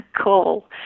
call